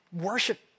worship